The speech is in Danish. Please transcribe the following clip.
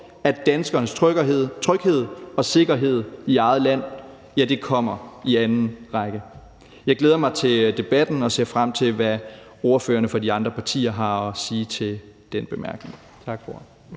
at danskernes tryghed og sikkerhed i eget land kommer i anden række. Jeg glæder mig til debatten og ser frem til, hvad ordførerne fra de andre partier har at sige til den bemærkning.